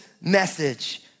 message